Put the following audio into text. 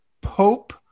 Pope